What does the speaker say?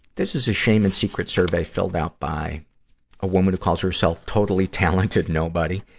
this is a shame and secret survey filled out by a woman who calls herself totally talented nobody.